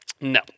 No